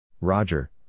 Roger